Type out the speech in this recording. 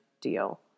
deal